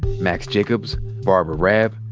max jacobs, barbara raab,